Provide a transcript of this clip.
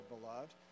beloved